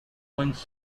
links